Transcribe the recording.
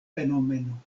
fenomeno